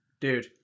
Dude